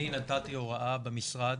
אני נתתי הוראה במשרד